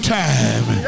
time